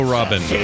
Robin